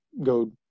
go